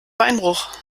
beinbruch